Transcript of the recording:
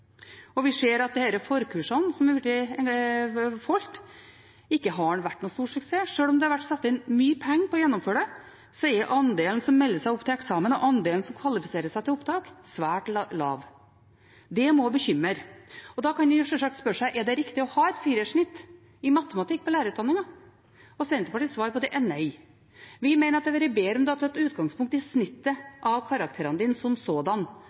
Vi ser at disse forkursene som har vært holdt, ikke har vært noen stor suksess. Selv om det har vært satt inn mye penger for å gjennomføre dem, er andelen som melder seg opp til eksamen, og andelen som kvalifiseres til opptak, svært lav. Det må bekymre. Da kan en sjølsagt spørre seg: Er det riktig å ha et firerkrav i matematikk på lærerutdanningen? Senterpartiets svar på det er nei. Vi mener det hadde vært bedre om en hadde tatt utgangspunkt i snittet av karakterene som sådant, som